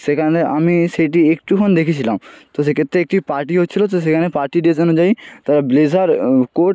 সেখানে আমি সেইটি একটুখন দেখেছিলাম তো সেক্ষেত্রে একটি পার্টি হচ্ছিলো তো সেখানে পার্টি ড্রেস অনুযায়ী তারা ব্লেজার কোট